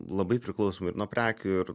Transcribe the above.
labai priklauso ir nuo prekių ir